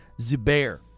zubair